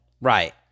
Right